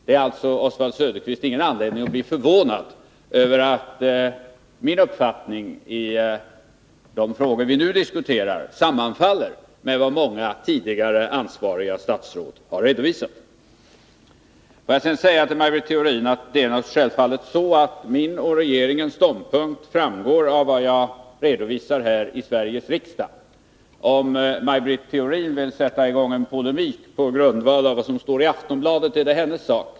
Det finns alltså, Oswald Söderqvist, ingen anledning att bli förvånad över att min uppfattning i de frågor vi nu diskuterar sammanfaller med vad många tidigare ansvariga statsråd har redovisat. Får jag sedan säga till Maj Britt Theorin att det är självfallet så, att min och regeringens ståndpunkt framgår av vad jag redovisar här i Sveriges riksdag. Om Maj Britt Theorin vill sätta i gång en polemik på grundval av vad som står i Aftonbladet är det hennes sak.